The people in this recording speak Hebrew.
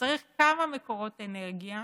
שצריך כמה מקורות אנרגיה,